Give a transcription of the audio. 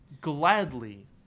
gladly